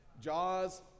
jaws